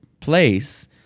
place